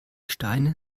steine